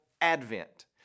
Advent